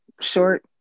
short